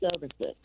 services